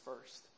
first